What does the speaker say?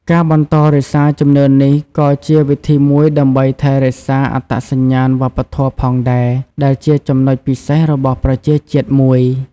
ការបន្តរក្សាជំនឿនេះក៏ជាវិធីមួយដើម្បីថែរក្សាអត្តសញ្ញាណវប្បធម៌ផងដែរ ដែលជាចំណុចពិសេសរបស់ប្រជាជាតិមួយ។